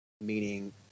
meaning